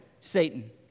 Satan